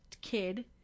kid